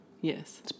Yes